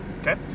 okay